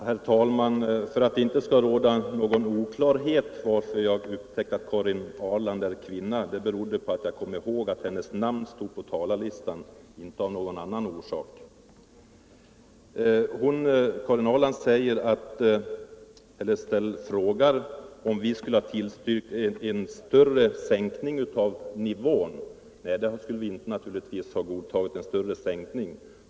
Herr talman! För att det inte skall råda någon oklarhet om varför jag ”upptäckte” att Karin Ahrland är kvinna vill jag säga att det enbart berodde på alt jag just då erinrade mig att hennes namn stod på talarlistan. Karin Ahrland frågar om vi skulle ha tillstyrkt en större sänkning av sanktionsnivån. På det vill jag svara att vi naturligtvis inte skulle ha godtagit en större sänkning.